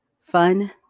fun